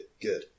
good